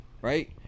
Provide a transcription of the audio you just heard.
right